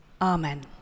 Amen